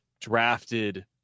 drafted